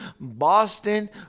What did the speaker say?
Boston